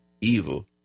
evil